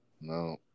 No